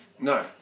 No